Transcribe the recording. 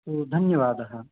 ओ धन्यवादः